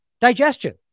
digestion